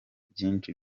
byinshi